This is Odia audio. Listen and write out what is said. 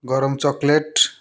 ଗରମ ଚକୋଲେଟ